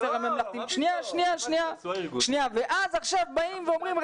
הממלכתיים ואז עכשיו באים ואומרים,